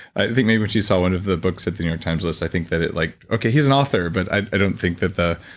i think maybe when she saw one of the books at the new york times list, i think that it like, okay, he's an author, but i don't think that